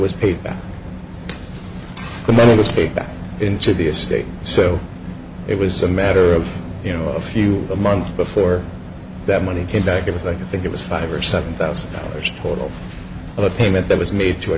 was paid back in should be a state so it was a matter of you know a few months before that money came back it was i think it was five or seven thousand dollars total of payment that was made to a